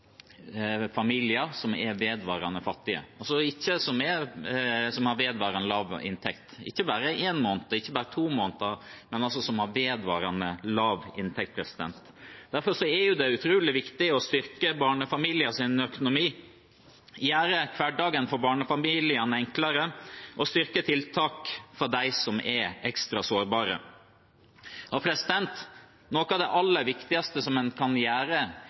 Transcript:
familier som er vedvarende fattige, som har vedvarende lav inntekt – ikke bare i én måned, ikke bare i to måneder, men vedvarende lav inntekt. Derfor er det utrolig viktig å styrke barnefamilienes økonomi, gjøre hverdagen for barnefamiliene enklere og styrke tiltakene for dem som er ekstra sårbare. Noe av det aller viktigste man kan gjøre,